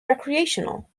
recreational